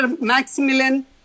Maximilian